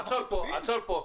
עצור כאן.